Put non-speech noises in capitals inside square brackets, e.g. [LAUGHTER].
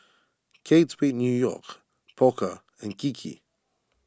Kate Spade New York [NOISE] Pokka and Kiki